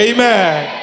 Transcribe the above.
Amen